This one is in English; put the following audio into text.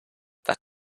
that